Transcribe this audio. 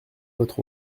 votre